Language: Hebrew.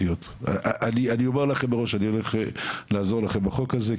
אני אומר לכם מראש שאני הולך לעזור לכם להעביר את החוק הזה,